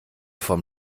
vom